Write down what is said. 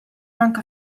anke